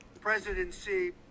presidency